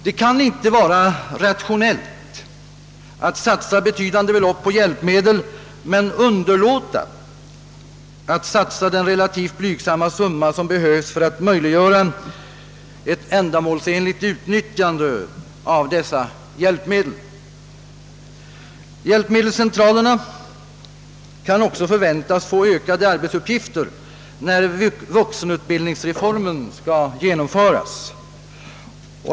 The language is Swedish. Det kan inte vara rationellt att satsa betydande belopp på hjälpmedel men underlåta att satsa den relativt blygsamma summa som behövs för att möjliggöra ett ändamålsenligt utnyttjande av dessa hjälpmedel. Hjälpmedelscentralerna kan också väntas få ökade arbetsuppgifter när vuxenutbildningsreformen skall genomföras.